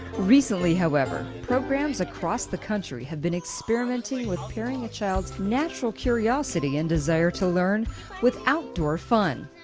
recently however programs across the country have been experimenting with pairing a child's natural curiosity and desire to learn with outdoor fun.